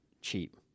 cheap